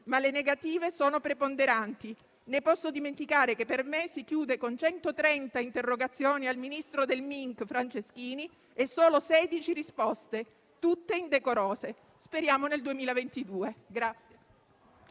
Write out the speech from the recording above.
ma le negative sono preponderanti. Né posso dimenticare che per me si chiude con 130 interrogazioni al ministro del "Minc" Franceschini e solo 16 risposte, tutte indecorose. Speriamo nel 2022.